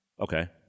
Okay